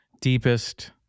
deepest